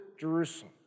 Jerusalem